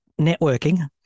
networking